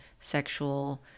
sexual